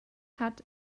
hat